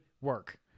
work